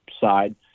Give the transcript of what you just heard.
side